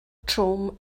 trwm